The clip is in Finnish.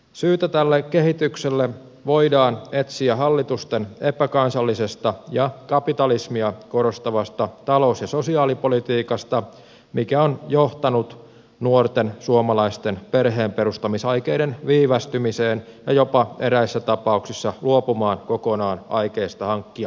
syytä tälle kehitykselle voidaan etsiä hallitusten epäkansallisesta ja kapitalismia korostavasta talous ja sosiaalipolitiikasta mikä on johtanut nuorten suomalaisten perheen perustamisaikeiden viivästymiseen ja jopa eräissä tapauksissa kokonaan jälkikasvun hankkimisaikeista luopumiseen